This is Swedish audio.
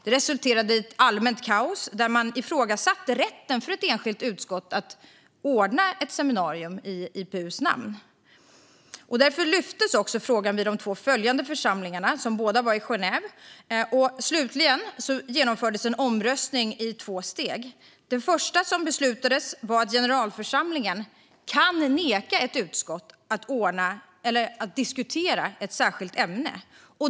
Det resulterade i ett allmänt kaos, och man ifrågasatte rätten för ett enskilt utskott att ordna ett seminarium i IPU:s namn. Av detta skäl lyftes denna fråga upp vid de två följande församlingarna, som båda samlades i Genève. Slutligen genomfördes en omröstning i två steg. Det första som beslutades var att generalförsamlingen kan neka ett utskott att diskutera ett särskilt ämne.